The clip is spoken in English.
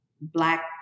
Black